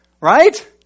right